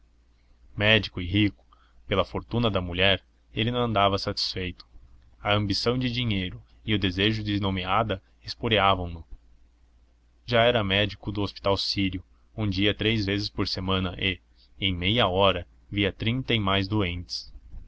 médico e rico pela fortuna da mulher ele não andava satisfeito a ambição de dinheiro e o desejo de nomeada esporeavam no já era médico do hospital sírio onde ia três vezes por semana e em meia hora via trinta e mais doentes